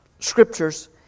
Scriptures